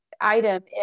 item